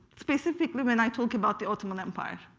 specifically when i talk about the ottoman empire.